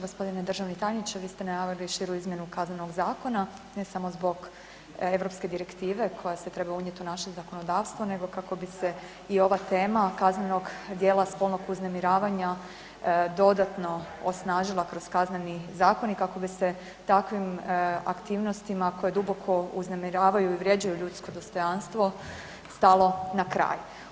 Gospodine državni tajniče vi ste najavili širu izmjenu Kaznenog zakona ne samo zbog europske direktive koja se treba unijeti u naše zakonodavstvo nego kako bi se i ova tema kaznenog djela spolnog uznemiravanja dodatno osnažila kroz Kazneni zakon i kako bi se takvim aktivnostima koje duboko uznemiravaju i vrijeđaju ljudsko dostojanstvo stalo na kraj.